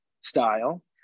style